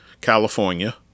California